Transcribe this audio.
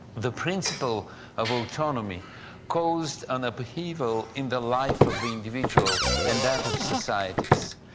the principle of autonomy caused an upheaval in the life of the individual and that of societies.